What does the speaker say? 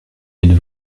êtes